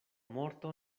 morto